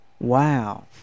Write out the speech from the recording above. wow